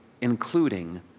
including